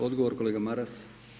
Odgovor, kolega Maras.